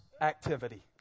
activity